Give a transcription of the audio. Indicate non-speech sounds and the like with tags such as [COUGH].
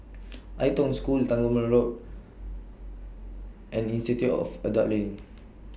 [NOISE] Ai Tong School Tangmere Road and Institute of Adult Learning